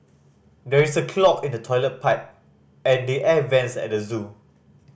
there is a clog in the toilet pipe and the air vents at the zoo